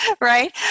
right